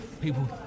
people